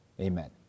Amen